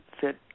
fit